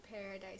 Paradise